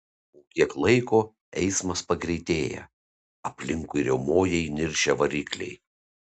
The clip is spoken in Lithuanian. po kiek laiko eismas pagreitėja aplinkui riaumoja įniršę varikliai